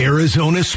Arizona